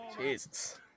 jesus